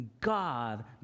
God